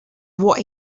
what